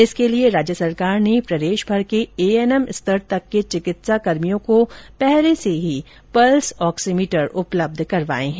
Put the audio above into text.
इसके लिए राज्य सरकार ने प्रदेशभर के एएनएम स्तर तक के चिकित्साकर्मियों को पहले से ही पल्स ऑक्सीमीटर उपलब्ध करवाए हैं